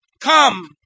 Come